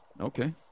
Okay